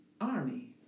army